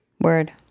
Word